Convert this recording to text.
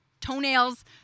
toenails